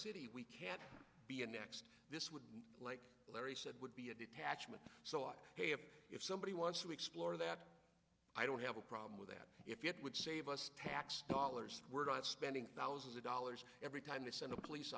city we can't be annexed this would like larry said would be a detachment so if somebody wants to explore that i don't have a problem with it if you would save us tax dollars we're not spending thousands of dollars every time they send a police